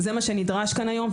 זה מה שנדרש כאן היום,